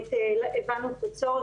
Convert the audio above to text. באמת הבנו את הצורך,